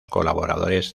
colaboradores